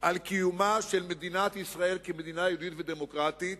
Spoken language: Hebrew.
על קיומה של מדינת ישראל כמדינה יהודית ודמוקרטית,